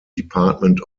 department